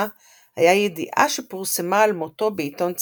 היה ידיעה שפורסמה על מותו בעיתון צרפתי,